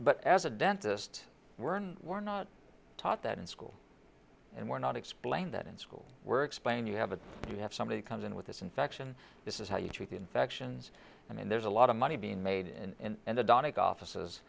but as a dentist we're on we're not taught that in school and we're not explained that in school we're explained you have a you have somebody comes in with this infection this is how you treat infections and there's a lot of money being made and the donek offices